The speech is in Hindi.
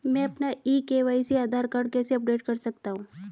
मैं अपना ई के.वाई.सी आधार कार्ड कैसे अपडेट कर सकता हूँ?